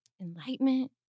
enlightenment